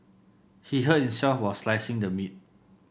he hurt himself while slicing the meat